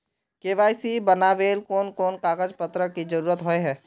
KYC बनावेल कोन कोन कागज पत्र की जरूरत होय है?